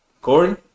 Corey